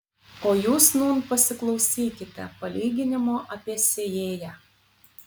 o jūs nūn pasiklausykite palyginimo apie sėjėją